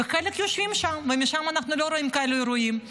וחלק יושבים שם, ושם אנחנו לא רואים כאלה אירועים,